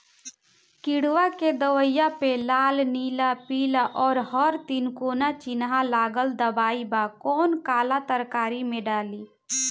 किड़वा के दवाईया प लाल नीला पीला और हर तिकोना चिनहा लगल दवाई बा कौन काला तरकारी मैं डाली?